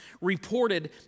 reported